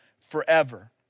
forever